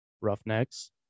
Roughnecks